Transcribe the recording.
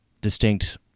distinct